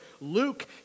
Luke